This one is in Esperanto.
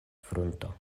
frunto